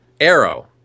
Arrow